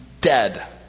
dead